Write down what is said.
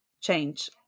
change